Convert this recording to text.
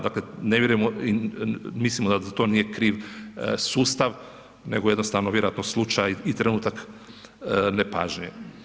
Dakle, ne vjerujemo i mislimo da za to nije kriv sustav, nego jednostavno vjerojatno slučaj i trenutak nepažnje.